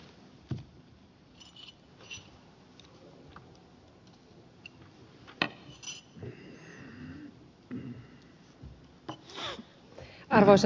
arvoisa puhemies